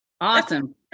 Awesome